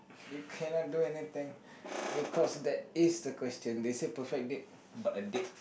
you cannot do anything because that is the question they said perfect date but a date